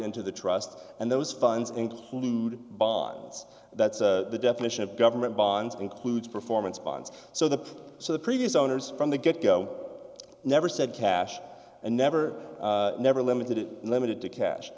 into the trust and those funds and blued bonds that's the definition of government bonds includes performance bonds so the so the previous owners from the get go never said cash back and never never limited it limited to cash